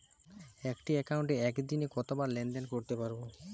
একটি একাউন্টে একদিনে কতবার লেনদেন করতে পারব?